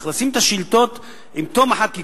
צריך לשים את השאילתות עם תום החקיקה,